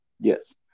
Yes